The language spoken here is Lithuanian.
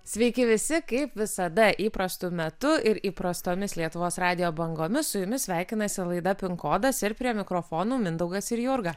sveiki visi kaip visada įprastu metu ir įprastomis lietuvos radijo bangomis su jumis sveikinasi laida pinkodas ir prie mikrofonų mindaugas ir jurga